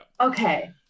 Okay